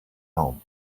home